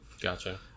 Gotcha